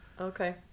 Okay